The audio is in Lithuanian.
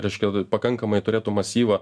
reiškia pakankamai turėtų masyvą